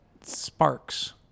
sparks